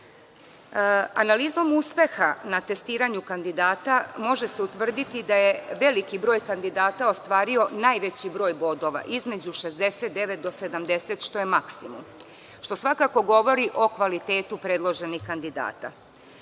primedbu. Analizom uspeha na testiranju kandidata može se utvrditi da je veliki broj kandidata ostvario najveći broj bodova između 69 do 70, što maksimum, a što svakako govori o kvalitetu predloženih kandidata.